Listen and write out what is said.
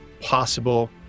possible